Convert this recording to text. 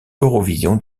eurovision